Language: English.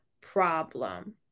problem